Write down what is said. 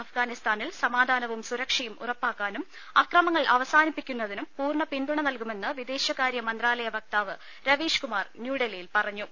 അഫ്ഗാനിസ്ഥാനിൽ സമാധാനവും സുരക്ഷയും ഉറപ്പാക്കാനും അക്രമങ്ങൾ അവസാനിപ്പിക്കുന്നതിനും പൂർണ്ണ പിന്തുണ നൽകുമെന്ന് വിദേശകാര്യ മന്ത്രാലയ വക്താവ് രവീശ്കുമാർ ന്യൂഡൽഹിയിൽ പറഞ്ഞു